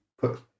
put